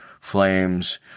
flames